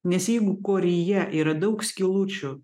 nes jeigu koryje yra daug skylučių